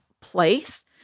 place